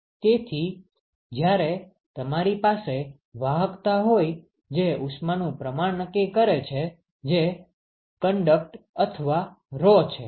તેથી જ્યારે તમારી પાસે વાહકતા હોય જે ઉષ્માનું પ્રમાણ નક્કી કરે છે જે કન્ડકટ અથવા rho છે